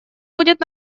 будет